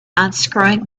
unscrewing